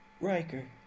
Riker